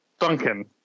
Duncan